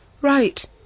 Right